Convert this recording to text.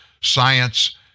Science